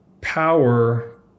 power